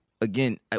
again